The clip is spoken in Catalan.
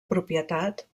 propietat